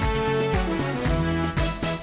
i think that